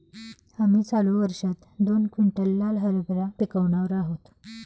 आम्ही चालू वर्षात दोन क्विंटल लाल हरभरा पिकावणार आहोत